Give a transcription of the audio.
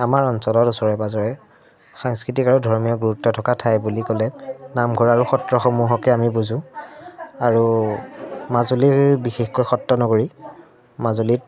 আমাৰ অঞ্চলত ওচৰে পাঁজৰে সাংস্কৃতিক আৰু ধৰ্মীয় গুৰুত্ব থকা ঠাই বুলি ক'লে নামঘৰ আৰু সত্ৰসমূহকে আমি বুজো আৰু মাজুলীৰ এই বিশেষকৈ সত্ৰনগৰী মাজুলীত